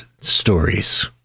stories